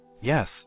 Yes